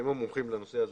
הם המומחים לנושא הזה.